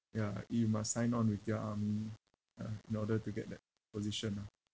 ya you must sign on with their army ya in order to get that position ah